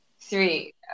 Three